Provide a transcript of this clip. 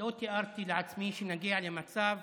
לא תיארתי לעצמי שנגיע למצב